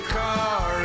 car